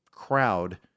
crowd